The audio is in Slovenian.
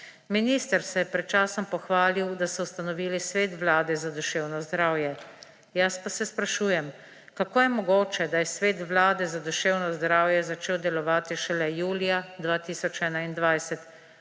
Minister se je pred časom pohvalil, da so ustanovili Svet Vlade za duševno zdravje, jaz pa se sprašujem, kako je mogoče, da je Svet Vlade za duševno zdravje začel delovati šele julija 2021,